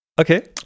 Okay